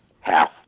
half